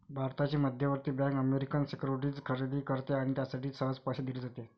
भारताची मध्यवर्ती bank American securities खरेदी करते कारण त्यासाठी सहज पैसे दिले जातात